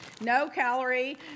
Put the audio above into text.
no-calorie